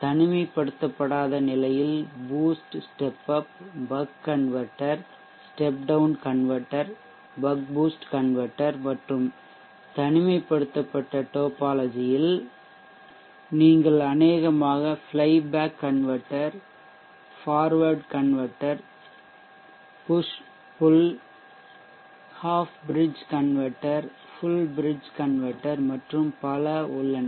தனிமைப்படுத்தப்படாத நிலையில் boost step up buck converter step down converter buck boost converter மற்றும் தனிமைப்படுத்தப்பட்ட topology யில் நீங்கள் அநேகமாக fly back converter forward converter push pull half bridge converter full bridge converter மற்றும் பல உள்ளன